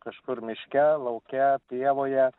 kažkur miške lauke pievoje